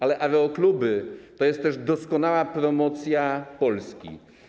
Aerokluby to jest też doskonała promocja Polski.